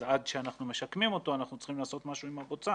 אז עד שאנחנו משקמים אותו אנחנו צריכים לעשות משהו עם הבוצה